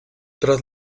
tras